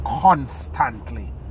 constantly